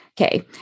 Okay